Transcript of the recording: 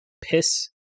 piss